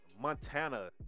Montana